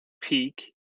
peak